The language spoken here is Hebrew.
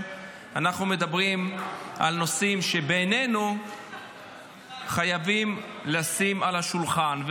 אנחנו מדברים על נושאים שבעינינו חייבים לשים על השולחן.